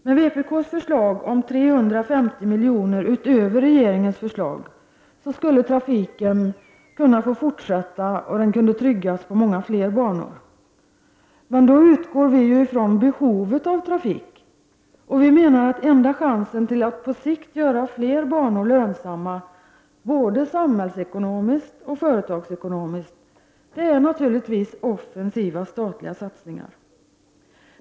Med vpk:s förslag om 350 milj.kr. utöver regeringens förslag skulle trafiken kunna tryggas på många fler banor. Vi utgår från behovet av trafik och menar att enda chansen att på sikt göra fler banor lönsamma, både samhällsoch företagsekonomiskt, är offensiva statliga satsningar.